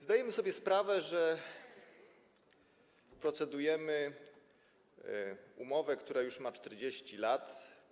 Zdajemy sobie sprawę, że procedujemy nad umową, która już ma 40 lat.